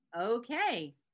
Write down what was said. Okay